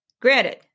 granted